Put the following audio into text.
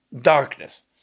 darkness